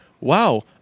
wow